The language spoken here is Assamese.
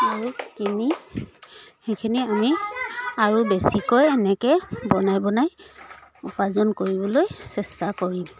আৰু কিনি সেইখিনি আমি আৰু বেছিকৈ এনেকৈ বনাই বনাই উপাৰ্জন কৰিবলৈ চেষ্টা কৰিম